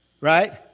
Right